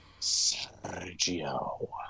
Sergio